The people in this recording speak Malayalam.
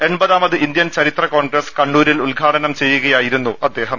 എൺപതാമത് ഇന്ത്യൻ ചരിത്ര കോൺഗ്രസ് കണ്ണൂരിൽ ഉദ്ഘാടനം ചെയ്യുകയായിരുന്നു അദ്ദേഹം